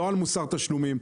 לא על מוסר תשלומים.